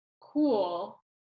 cool